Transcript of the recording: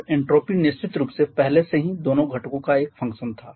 और एन्ट्रापी निश्चित रूप से पहले से ही दोनों घटकों का एक फंक्शन था